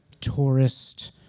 tourist